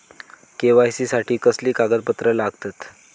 KYC साठी कसली कागदपत्र लागतत?